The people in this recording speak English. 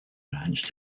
announced